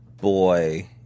boy